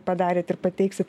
padarėt ir pateiksit